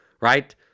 right